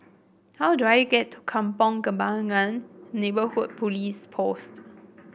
how do I get to Kampong Kembangan Neighbourhood Police Post